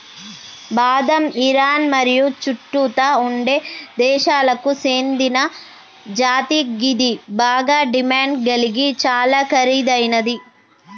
బాదం ఇరాన్ మరియు చుట్టుతా ఉండే దేశాలకు సేందిన జాతి గిది బాగ డిమాండ్ గలిగి చాలా ఖరీదైనది